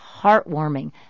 heartwarming